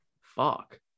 Fuck